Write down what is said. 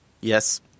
Yes